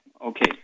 Okay